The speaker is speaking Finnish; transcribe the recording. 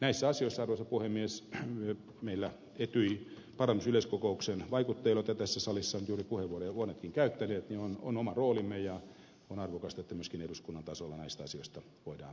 näissä asioissa arvoisa puhemies meillä etyjin parlamentaarisen yleiskokouksen vaikuttajilla joista monetkin ovat tässä salissa nyt juuri puheenvuoroja käyttäneet on oma roolimme ja on arvokasta että myöskin eduskunnan tasolla näistä asioista voidaan tällä tasolla keskustella